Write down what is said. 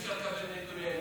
אי-אפשר לקבל את הנתונים.